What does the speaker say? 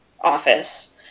office